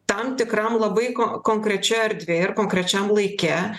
tam tikram labai konkrečioj erdvėj ir konkrečiam laike